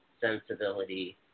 sensibility